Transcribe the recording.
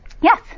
yes